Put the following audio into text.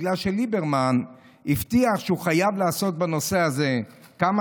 בגלל שליברמן הבטיח שהוא חייב לעסוק בנושא הזה כמה